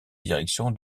direction